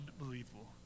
unbelievable